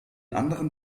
anderen